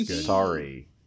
sorry